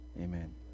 Amen